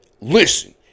Listen